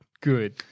good